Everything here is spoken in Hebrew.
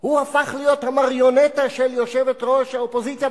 הוא הפך להיות המריונטה של יושבת-ראש האופוזיציה,